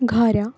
ଘର